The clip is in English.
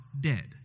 dead